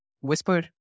Whisper